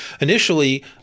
Initially